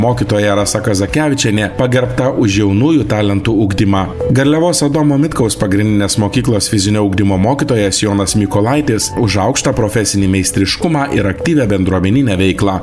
mokytoja rasa kazakevičienė pagerbta už jaunųjų talentų ugdymą garliavos adomo mitkaus pagrindinės mokyklos fizinio ugdymo mokytojas jonas mykolaitis už aukštą profesinį meistriškumą ir aktyvią bendruomeninę veiklą